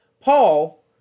Paul